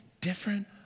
different